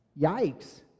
Yikes